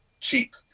cheap